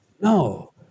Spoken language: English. No